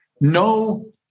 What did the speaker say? No